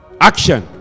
action